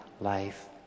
life